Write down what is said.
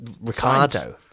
Ricardo